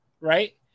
Right